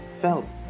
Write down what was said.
felt